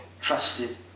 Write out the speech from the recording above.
trusted